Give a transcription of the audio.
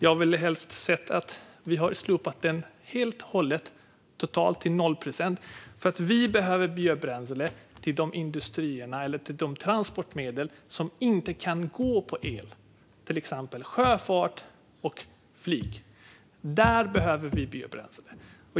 Jag hade helst sett att vi slopade den helt och hållet - att den var totalt 0 procent - eftersom vi behöver biobränsle till de industrier eller transportmedel som inte kan gå på el, till exempel sjöfart och flyg. Där behöver vi biobränsle.